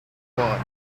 preferred